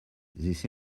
this